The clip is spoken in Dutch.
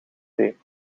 thee